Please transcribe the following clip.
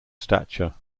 stature